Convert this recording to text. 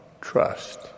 trust